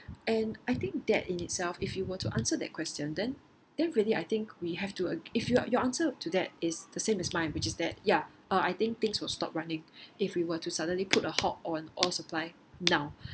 and I think that in itself if you were to answer that question then then really I think we have to uh if you uh your answer to that is the same as mine which is that ya um I think things will stop running if we were to suddenly put a halt on oil supply now